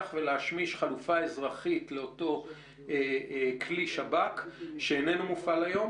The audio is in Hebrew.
ולהשמיש חלופה אזרחית לאותו כלי שב"כ שאינו מופעל היום,